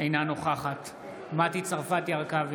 אינה נוכחת מטי צרפתי הרכבי,